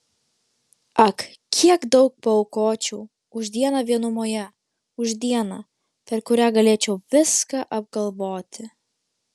ak kiek daug paaukočiau už dieną vienumoje už dieną per kurią galėčiau viską apgalvoti